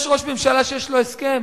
יש ראש ממשלה שיש לו הסכם?